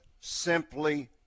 simply